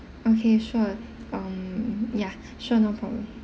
okay sure um ya sure no problem